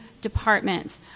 departments